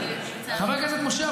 אורית, למה את צועקת?